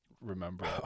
remember